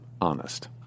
honest